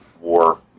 war